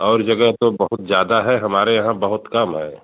और जगह तो बहुत ज्यादा है हमारे यहाँ बहुत कम है